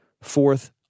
Fourth